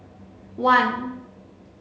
one